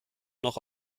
noch